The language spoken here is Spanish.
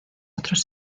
otros